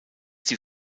die